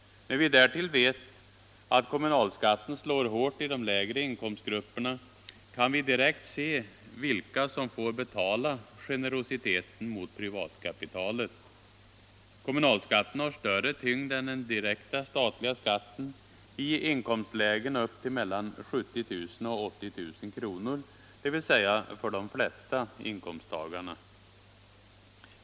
När vi därtill vet att kommunalskatten slår hårt i de lägre inkomstgrupperna kan vi direkt se vilka som får betala generositeten mot privatkapitalet. Kommunalskatten har större tyngd än den direkta statliga skatten i inkomstlägen upp till 70 000 och 80 000 kr., dvs. för de flesta inkomsttagarna.